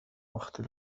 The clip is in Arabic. أختي